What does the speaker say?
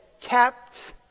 Kept